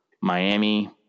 Miami